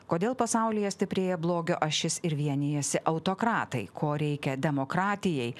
kodėl pasaulyje stiprėja blogio ašis ir vienijasi autokratai ko reikia demokratijai